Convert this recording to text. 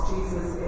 Jesus